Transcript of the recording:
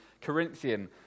Corinthian